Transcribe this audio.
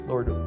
Lord